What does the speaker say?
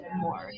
more